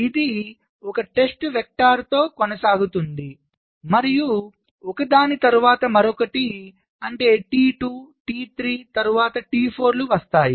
ఇది ఒక టెస్ట్ వెక్టర్తో కొనసాగుతుంది మరియు ఒకదాని తరువాత మరొకటి T2T3 తరువాత T4 లు వస్తాయి